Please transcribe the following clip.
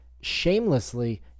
shamelessly